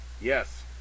Yes